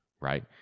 right